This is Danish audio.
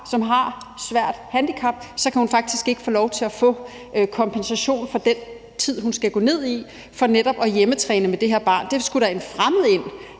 som havde et svært handicap, kunne hun faktisk ikke få lov til at få kompensation for at gå ned i tid for netop at hjemmetræne med det her barn. Det skulle der er fremmed ind